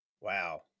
Wow